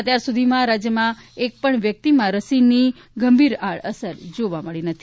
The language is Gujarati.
અત્યાર સુધીમાં રાજ્યમાં એક પણ વ્યક્તિમાં રસીની ગંભીર આડઅસર જોવા મળી નથી